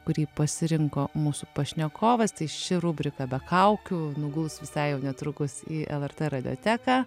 kurį pasirinko mūsų pašnekovas tai ši rubrika be kaukių nuguls visai jau netrukus į lrt radioteką